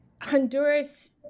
Honduras